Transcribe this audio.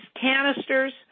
canisters